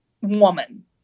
woman